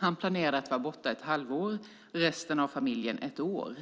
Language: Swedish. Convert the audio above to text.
Han planerade att var borta ett halvår, resten av familjen ett år.